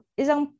isang